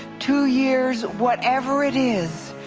two years, whatever it is,